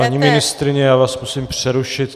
Paní ministryně, já vás musím přerušit.